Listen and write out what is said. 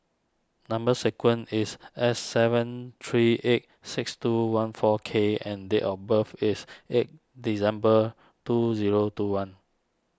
Number Sequence is S seven three eight six two one four K and date of birth is eight December two zero two one